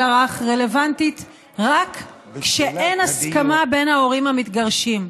הרך רלוונטית רק כשאין הסכמה בין ההורים המתגרשים.